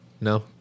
No